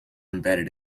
embedded